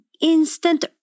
instant